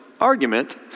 argument